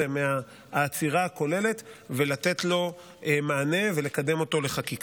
מהעצירה הכוללת ולתת לו מענה ולקדם אותו לחקיקה.